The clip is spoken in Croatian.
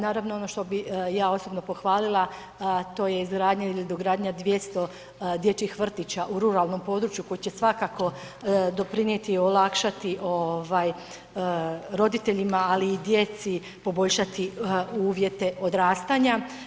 Naravno ono što bih ja osobno pohvalila, to je izgradnja ili dogradnja 200 dječjih vrtića u ruralnom području koje će svakako doprinijeti i olakšati roditeljima ali i djeci poboljšati uvjete odrastanja.